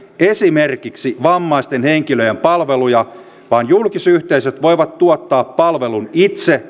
esimerkiksi vammaisten henkilöjen palveluja vaan julkisyhteisöt voivat tuottaa palvelun itse